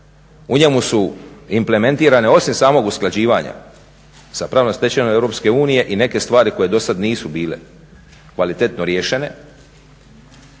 U njemu su implementirane osim samog usklađivanja sa pravnom stečevinom EU i neke stvari koje dosad nisu bile kvalitetno riješene,